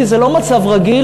כי זה לא מצב רגיל,